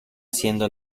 siendo